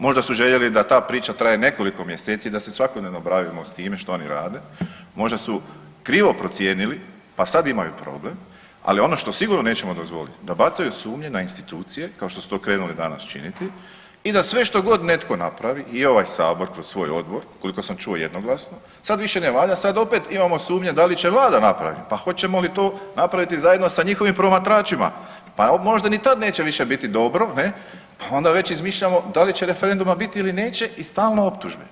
Možda su željeli da ta priča traje nekoliko mjeseci, da se svakodnevno bavimo s time što oni rade, možda su krivo procijenili pa sad imaju problem, ali ono što sigurno nećemo dozvoliti da bacaju sumnje na institucije kao što su to krenuli danas činiti i da sve što god netko napravi, i ovaj Sabor kroz svoj odbor, koliko sam čuo jednoglasno, sad više ne valja, sad opet imamo sumnje da li će Vlada napraviti, pa hoćemo li to napraviti zajedno sa njihovim promatračima, pa možda ni tad neće više biti dobro, ne, pa onda već izmišljamo da li će referenduma biti ili neće i stalne optužbe.